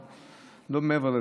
רק להגיד "מכובדי",